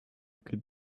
could